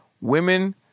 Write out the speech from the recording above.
Women